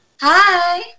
Hi